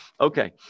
Okay